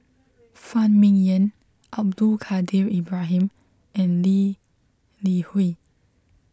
Phan Ming Yen Abdul Kadir Ibrahim and Lee Li Hui